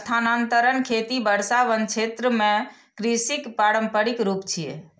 स्थानांतरण खेती वर्षावन क्षेत्र मे कृषिक पारंपरिक रूप छियै